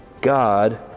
God